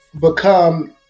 become